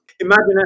Imagine